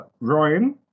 Ryan